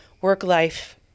work-life